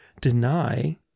deny